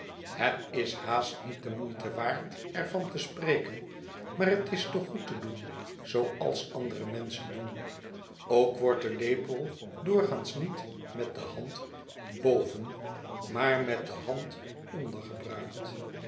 het is haast niet de moeite waard er van te spreken maar het is toch goed te doen zooals andere menschen doen ook wordt de lepel doorgaans niet met de hand boven maar met de hand onder gebruikt